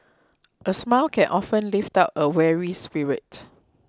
a smile can often lift up a weary spirit